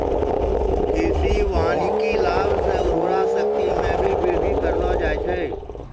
कृषि वानिकी लाभ से उर्वरा शक्ति मे भी बृद्धि करलो जाय छै